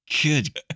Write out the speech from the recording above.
Good